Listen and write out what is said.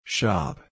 Shop